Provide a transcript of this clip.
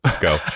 go